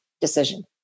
decision